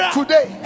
today